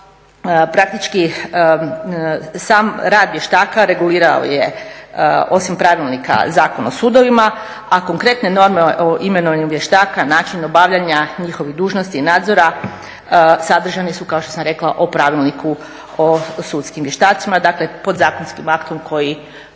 praktički sam rad vještaka regulirao je osim pravilnika Zakon o sudovima a konkretne norme o imenovanju vješta, načinu obavljanja njihovih dužnosti i nadzora sadržane su kao što sam rekla u Pravilniku o sudskim vještacima, dakle podzakonskim aktom koji